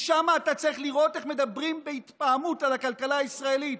אתה צריך לראות איך מדברים שם בהתפעמות על הכלכלה הישראלית,